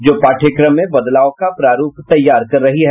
जो पाठ्यक्रम में बदलाव का प्रारूप तैयार कर रही है